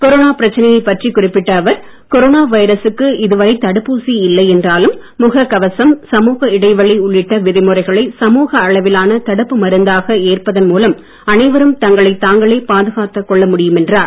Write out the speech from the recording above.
corona பிரச்சனையைப் பற்றி குறிப்பிட்ட அவர் கொரோனா வைரசுக்கு இது வரை தடுப்பூசி இல்லை என்றாலும் முக கவசம் சமூக இடைவெளி உள்ளிட்ட விதிமுறைகளை சமூக அளவிலான தடுப்பு மருந்தாக ஏற்பதன் மூலம் அனைவரும் தங்களைத் தாங்களே பாதுகாத்துக் கொள்ள முடியும் என்றார்